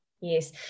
Yes